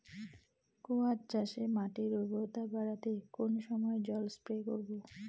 কোয়াস চাষে মাটির উর্বরতা বাড়াতে কোন সময় জল স্প্রে করব?